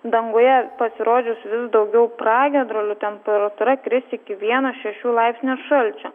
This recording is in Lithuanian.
danguje pasirodys vis daugiau pragiedrulių temperatūra kris iki vieno šešių laipsnių šalčio